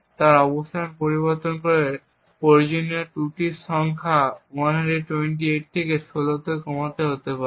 তার অবস্থান পরিবর্তন করে প্রয়োজনীয় ত্রুটির সংখ্যা 128 থেকে 16 এ কমাতে পারে